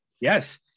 Yes